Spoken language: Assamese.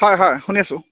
হয় হয় শুনিছোঁ